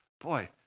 boy